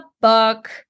book